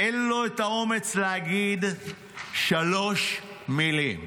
אין לו את האומץ להגיד שלוש מילים,